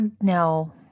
no